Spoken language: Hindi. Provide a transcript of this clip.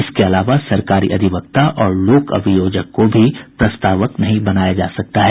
इसके अलावा सरकारी अधिवक्ता और लोक अभियोजक को भी प्रस्तावक नहीं बनाया जा सकता है